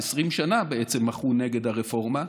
בעצם 20 שנה מחו נגד הרפורמה,